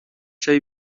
چایی